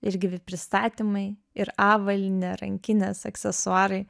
ir gyvi pristatymai ir avalynė rankinės aksesuarai